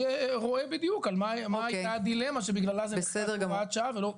רואה בדיוק על מה או מה הייתה הדילמה שבגללה הוראת שעה ולא.